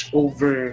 over